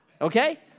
Okay